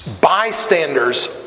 bystanders